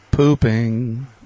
Pooping